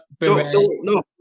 no